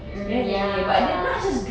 mm ya